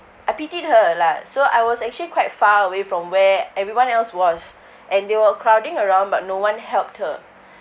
I pitied her lah so I was actually quite far away from where everyone else was and they were crowding around but no one helped her